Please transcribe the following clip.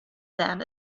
then